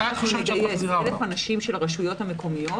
ברגע שאנחנו נגייס 1,000 אנשים של הרשויות המקומיות